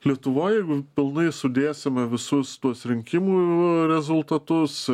lietuvoj jeigu pilnai sudėsime visus tuos rinkimų rezultatus